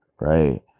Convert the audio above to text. right